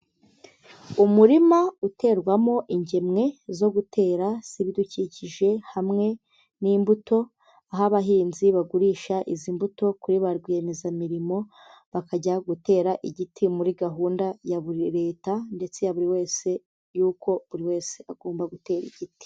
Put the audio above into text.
Umurima uterwamo ingemwe zo gutera z'ibidukikije hamwe n'imbuto, aho abahinzi bagurisha izi mbuto kuri ba rwiyemezamirimo, bakajya gutera igiti muri gahunda ya buri leta ndetse ya buri wese yuko buri wese agomba gutera igiti.